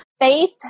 Faith